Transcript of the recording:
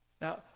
Now